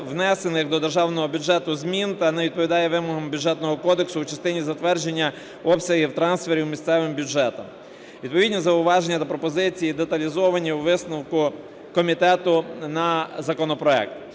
внесених до державного бюджету змін та не відповідає вимогам Бюджетного кодексу у частині затвердження обсягів трансферів місцевим бюджетам. Відповідні зауваження та пропозиції деталізовані у висновку комітету на законопроект.